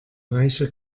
reiche